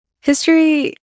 history